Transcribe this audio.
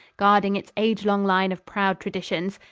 guarding its age-long line of proud traditions.